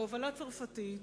בהובלה צרפתית,